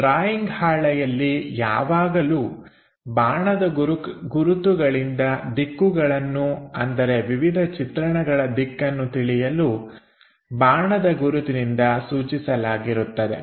drawing ಹಾಳೆಯಲ್ಲಿ ಯಾವಾಗಲೂ ಬಾಣದ ಗುರುತುಗಳಿಂದ ದಿಕ್ಕುಗಳನ್ನು ಅಂದರೆ ವಿವಿಧ ಚಿತ್ರಣಗಳ ದಿಕ್ಕನ್ನು ತಿಳಿಯಲು ಬಾಣದ ಗುರುತಿನಿಂದ ಸೂಚಿಸಲಾಗಿರುತ್ತದೆ